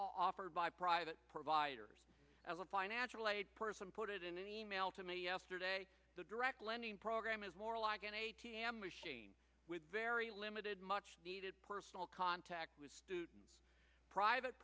offered by private providers as a financial aid person put it in an email to me yesterday the direct lending program is more like an a t m machine with very limited much needed personal contact with student private